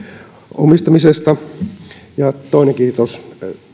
omistamisesta ja toinen kiitos